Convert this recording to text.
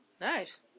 Nice